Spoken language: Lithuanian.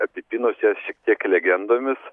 apipynus ją šiek tiek legendomis